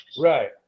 Right